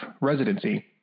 residency